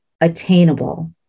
attainable